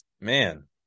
Man